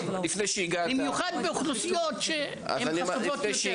במיוחד באוכלוסיות שחשופות יותר.